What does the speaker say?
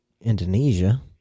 Indonesia